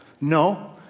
No